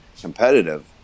competitive